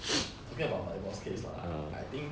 I'm talking about divorce case lah I think